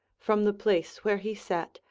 from the place where he sat,